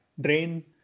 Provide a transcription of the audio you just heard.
drain